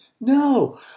No